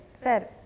Fair